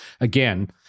Again